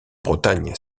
bretagne